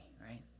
right